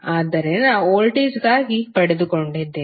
ಆದ್ದರಿಂದ ವೋಲ್ಟೇಜ್ಗಾಗಿ ಪಡೆದುಕೊಂಡಿದ್ದೇವೆ